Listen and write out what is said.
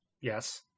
Yes